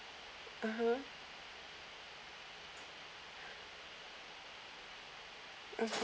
(uh huh)